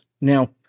Now